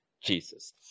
Jesus